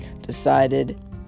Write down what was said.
decided